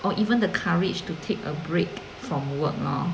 or even the courage to take a break from work lor